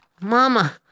Mama